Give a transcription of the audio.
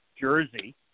Jersey